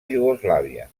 iugoslàvia